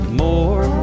more